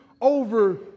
over